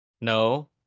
No